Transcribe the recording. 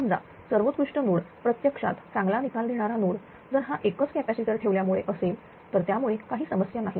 समजा सर्वोत्कृष्ट नोड प्रत्यक्षात चांगला निकाल देणारा नोड जर हा एकच कॅपॅसिटर ठेवल्यामुळे असेल तर त्यामुळे काही समस्या नाही